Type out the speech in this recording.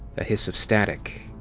a hiss of static.